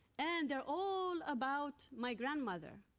and they're all about my grandmother.